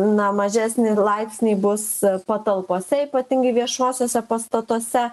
na mažesni laipsniai bus patalpose ypatingai viešosiose pastatuose